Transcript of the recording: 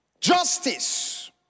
justice